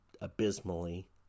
abysmally